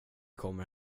kommer